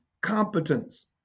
competence